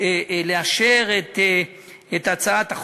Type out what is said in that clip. לאשר אותה.